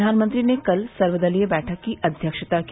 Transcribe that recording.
प्रधानमंत्री ने कल सर्वदलीय बैठक की अध्यक्षता की